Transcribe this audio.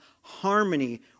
harmony